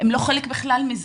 הם לא חלק בכלל מזה.